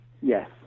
Yes